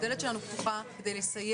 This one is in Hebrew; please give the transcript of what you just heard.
הדלת שלנו פתוחה כדי לסייע.